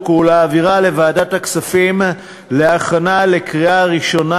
ולהעבירה לוועדת הכספים להכנה לקריאה ראשונה.